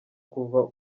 kuva